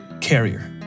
Carrier